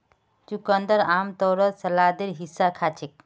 चुकंदरक आमतौरत सलादेर हिस्सा खा छेक